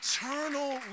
eternal